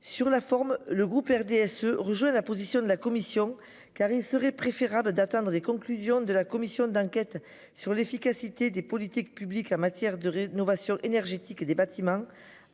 Sur la forme, le groupe RDSE rejoint la position de la Commission car il serait préférable d'atteindre des conclusions de la commission d'enquête sur l'efficacité des politiques publiques en matière de rénovation énergétique des bâtiments.